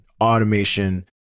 automation